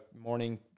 morning